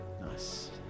Nice